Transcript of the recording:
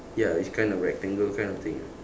ya it's kind of rectangle kind of thing